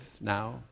now